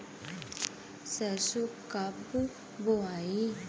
सरसो कब बोआई?